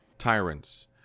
tyrants